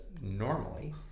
normally